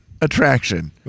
attraction